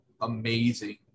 amazing